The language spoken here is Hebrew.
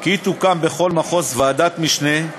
כי תוקם בכל מחוז ועדת משנה,